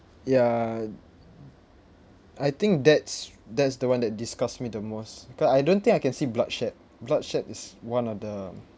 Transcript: ya I think that's that's the one that disgusts me the most because I don't think I can see bloodshed bloodshed is one of the